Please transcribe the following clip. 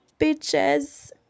Bitches